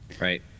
Right